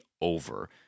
over